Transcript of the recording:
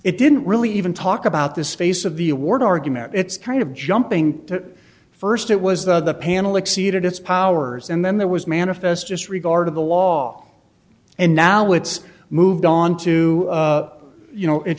it didn't really even talk about this face of the award argument it's kind of jumping that first it was the panel exceeded its powers and then there was manifest disregard of the law and now it's moved on to you know it